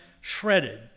shredded